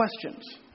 Questions